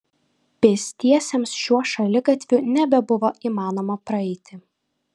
pėstiesiems šiuo šaligatviu nebebuvo įmanoma praeiti